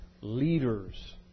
leaders